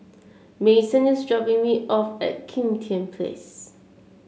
Mason is dropping me off at Kim Tian Place